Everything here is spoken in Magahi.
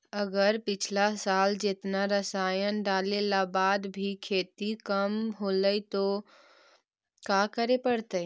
अगर पिछला साल जेतना रासायन डालेला बाद भी खेती कम होलइ तो का करे पड़तई?